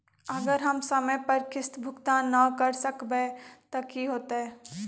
अगर हम समय पर किस्त भुकतान न कर सकवै त की होतै?